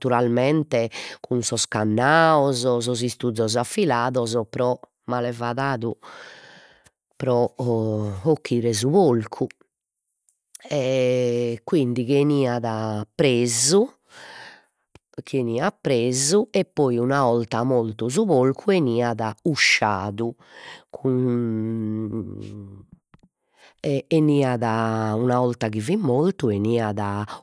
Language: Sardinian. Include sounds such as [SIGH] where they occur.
Naturalmente cun sos cannaos, sos istuzos affilados pro malevadadu pro [HESITATION] 'occhire su porcu e quindi chi 'eniat presu chi 'eniat presu e poi una 'olta mortu su porcu 'eniat usciadu cun [HESITATION] e 'eniat una 'orta chi fit mortu 'eniat